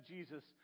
Jesus